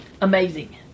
amazing